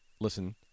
listen